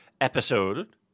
episode